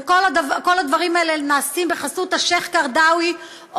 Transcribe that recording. וכל הדברים האלה נעשים בחסות השיח' קרדאווי,